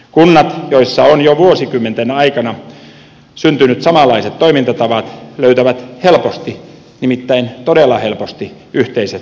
kunnat joissa on jo vuosikymmenten aikana syntynyt samanlaiset toimintatavat löytävät helposti nimittäin todella helposti yhteiset ratkaisut